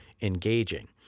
engaging